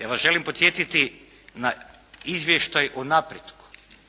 Ja vas želim podsjetiti na izvještaj o napretku